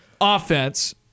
offense